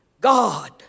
God